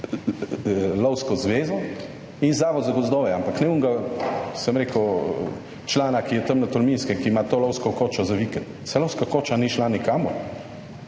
Lovsko zvezo in Zavod za gozdove, ampak ne onega, sem rekel, člana, ki je tam na Tolminskem, ki ima to lovsko kočo za vikend. Saj lovska koča ni šla nikamor.